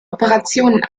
operationen